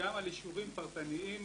וגם על אישורים פרטניים